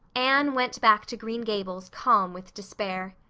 anne went back to green gables calm with despair.